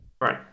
Right